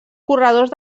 corredors